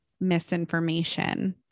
misinformation